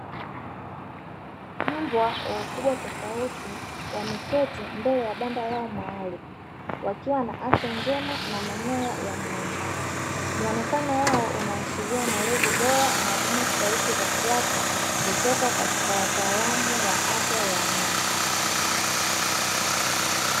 Mbwa wa ukubwa tofauti wameketi mbele ya banda lao maalumu, wakiwa na afya njema na manyoya yanayong'aa. Muonekana wao unaashiria malezi bora na huduma stahiki za kisiasa kutoka katika wataalamu wa afya ya wanyama.